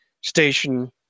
station